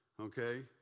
Okay